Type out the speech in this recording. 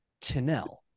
Tinel